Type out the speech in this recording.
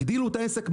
יגדילו את העסק או לא,